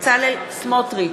בצלאל סמוטריץ,